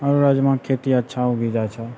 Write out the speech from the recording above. राजमाके खेती अच्छा उगि जाइ छौ